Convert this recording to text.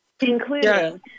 including